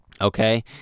Okay